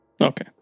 Okay